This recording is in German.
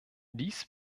dies